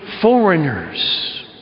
foreigners